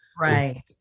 right